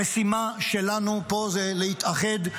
המשימה שלנו פה היא להתאחד.